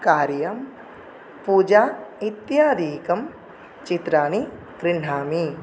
कार्यं पूजा इत्यादिकं चित्राणि गृह्णामि